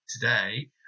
today